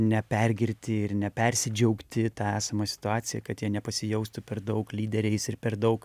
nepergirti ir nepersidžiaugti ta esama situacija kad jie nepasijaustų per daug lyderiais ir per daug